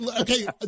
okay